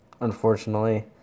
Unfortunately